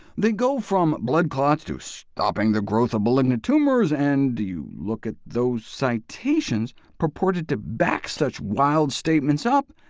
they go from blood clots to stopping the growth of malignant tumors. and you look at those citations purported to back such wild statements up,